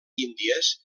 índies